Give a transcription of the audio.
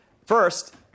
First